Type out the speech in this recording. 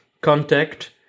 contact